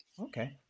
Okay